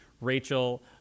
Rachel